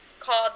called